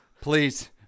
please